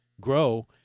grow